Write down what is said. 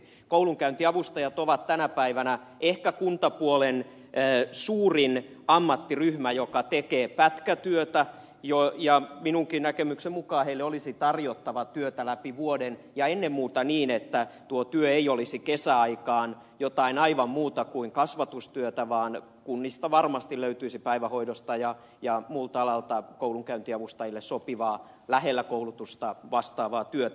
koulunkäyntiavustajat ovat tänä päivänä ehkä kuntapuolen suurin ammattiryhmä joka tekee pätkätyötä ja minunkin näkemykseni mukaan heille olisi tarjottava työtä läpi vuoden ja ennen muuta niin että tuo työ ei olisi kesäaikaan jotain aivan muuta kuin kasvatustyötä vaan kunnista varmasti löytyisi päivähoidosta ja muulta alalta koulunkäyntiavustajille sopivaa lähellä koulutusta olevaa työtä